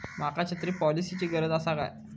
माका छत्री पॉलिसिची गरज आसा काय?